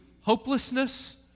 hopelessness